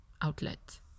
outlet